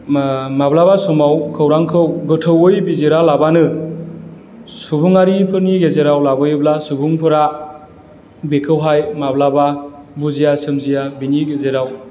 माब्लाबा समाव खौरांखौ गोथौवै बिजिरालाबानो सुबुङारिफोरनि गेजेराव लाबोयोब्ला सुबुंफोरा बेखौहाय माब्लाबा बुजिया सोमजिया बिनि गेजेराव